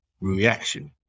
reaction